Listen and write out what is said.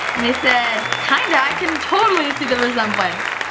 and they said kinda? i can totally see the resemblance.